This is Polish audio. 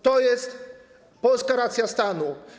To jest polska racja stanu.